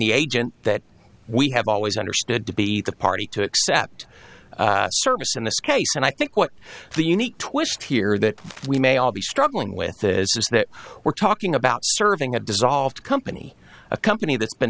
the agent that we have always understood to be the party to accept service in this case and i think what the unique twist here that we may all be struggling with is that we're talking about serving a dissolved company a company that's been